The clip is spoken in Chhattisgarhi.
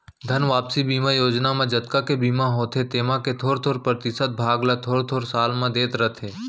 धन वापसी बीमा योजना म जतका के बीमा होथे तेमा के थोरे परतिसत भाग ल थोर थोर साल म देत रथें